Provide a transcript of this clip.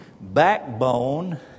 backbone